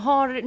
Har